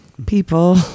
people